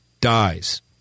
dies